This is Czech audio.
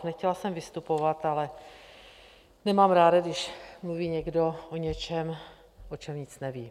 Nechtěla jsem vystupovat, ale nemám ráda, když mluví někdo o něčem, o čem nic neví.